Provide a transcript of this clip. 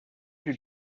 you